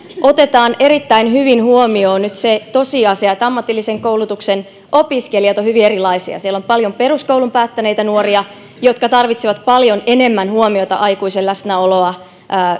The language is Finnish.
otetaan erittäin hyvin huomioon nyt se tosiasia että ammatillisen koulutuksen opiskelijat ovat hyvin erilaisia siellä on paljon peruskoulun päättäneitä nuoria jotka tarvitsevat paljon enemmän huomiota aikuisen läsnäoloa